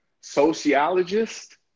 Sociologist